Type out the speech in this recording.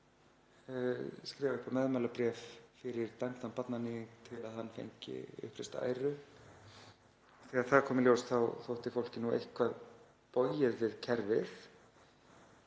skrifað upp á meðmælabréf fyrir dæmdan barnaníðing til að hann fengi uppreist æru. Þegar það kom í ljós þá þótti fólki eitthvað bogið við kerfið,